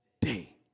day